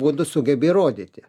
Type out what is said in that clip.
būdu sugebi rodyti